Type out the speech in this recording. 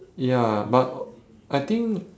ya but I think